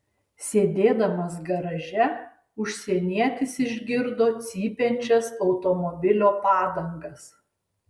sėdėdamas garaže užsienietis išgirdo cypiančias automobilio padangas